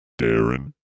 Darren